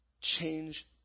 change